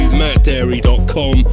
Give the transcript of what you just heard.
mattdairy.com